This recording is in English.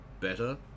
better